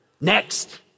Next